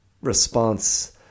response